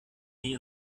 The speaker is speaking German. nie